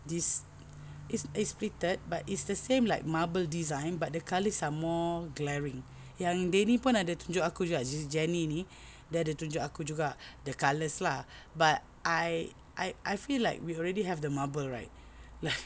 this it's it's pleated but it's the same like marble design but the colours are more glaring yang dia ni pun ada tunjuk aku Jenny ni dia ada tunjuk aku juga the colours lah but I I I feel like we already have the marble right right